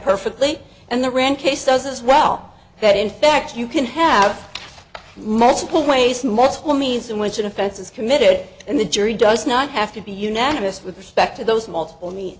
perfectly and the rand case does as well that in fact you can have multiple ways multiple means in which an offense is committed and the jury does not have to be unanimous with respect to those multiple ne